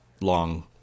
long